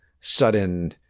sudden